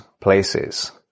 places